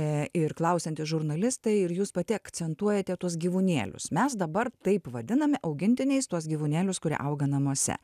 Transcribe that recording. ir klausiantys žurnalistai ir jūs pati akcentuojate tuos gyvūnėlius mes dabar taip vadiname augintiniais tuos gyvūnėlius kurie auga namuose